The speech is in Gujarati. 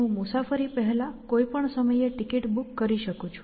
હું મુસાફરી પહેલાં કોઈપણ સમયે ટિકિટ બુક કરી શકું છું